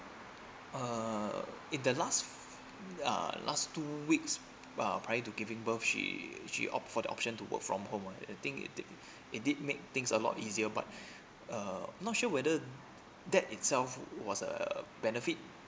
uh in the last uh last two weeks uh prior to giving birth she she opt for the option to work from home I think it did it did make things a lot easier but uh I'm not sure whether that itself was a benefit